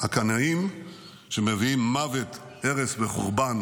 הקנאים שמביאים מוות, הרס וחורבן